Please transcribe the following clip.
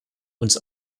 uns